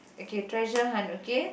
okay treasure hunt okay